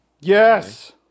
Yes